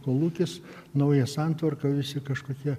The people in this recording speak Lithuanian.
kolūkis nauja santvarka visi kažkokie